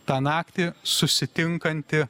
tą naktį susitinkanti